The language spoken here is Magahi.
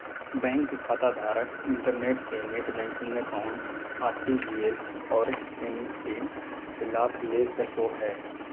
बैंक खाताधारक इंटरनेट से नेट बैंकिंग अकाउंट, आर.टी.जी.एस और एन.इ.एफ.टी के लाभ ले सको हइ